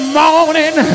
morning